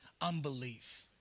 unbelief